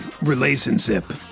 relationship